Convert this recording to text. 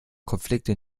konflikte